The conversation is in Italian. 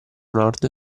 nord